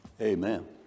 Amen